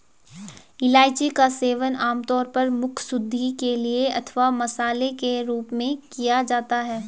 इलायची का सेवन आमतौर पर मुखशुद्धि के लिए अथवा मसाले के रूप में किया जाता है